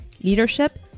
leadership